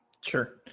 Sure